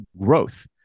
growth